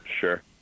sure